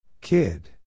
Kid